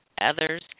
others